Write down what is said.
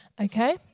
okay